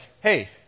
hey